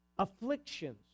afflictions